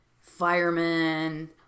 firemen